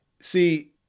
See